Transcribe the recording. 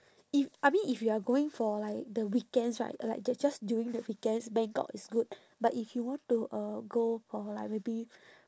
if I mean if you are going for like the weekends right like j~ just during the weekends bangkok is good but if you want to uh go for like maybe